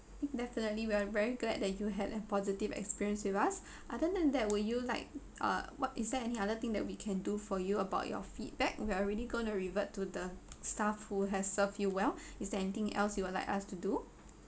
definitely we are very glad that you had a positive experience with us other than that will you like uh what is there any other thing that we can do for you about your feedback we are already going to revert to the staff who has serve you well is there anything else you would like us to do